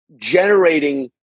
generating